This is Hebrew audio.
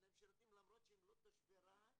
למרות שהם לא תושבי רהט